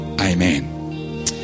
amen